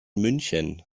münchen